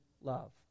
love